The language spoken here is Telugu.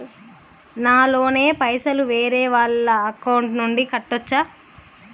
నా లోన్ పైసలు వేరే వాళ్ల అకౌంట్ నుండి కట్టచ్చా?